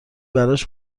براش